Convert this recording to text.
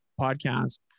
podcast